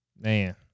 man